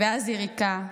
ואז יריקה.